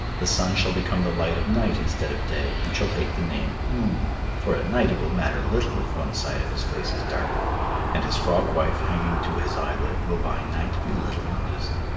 the sun shall become the light of night instead of day, and shall take the name moon for at night it will matter little if one side of his face is dark and his frog-wife hanging to his eyelid will by night be little noticed.